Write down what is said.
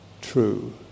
true